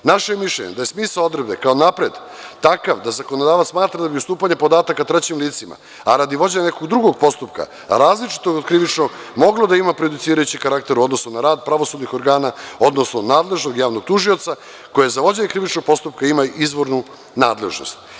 Naše je mišljenje da je smisao odredbe kao napred takav da zakonodavac smatra da bi ustupanje podataka trećim licima, a radi vođenja nekog drugog postupka, različitog od krivičnog, moglo da ima prejudicirajući karakter u odnosu na rad pravosudnih organa, odnosno nadležnog javnog tužioca koje za vođenje krivičnog postupka ima izvornu nadležnost.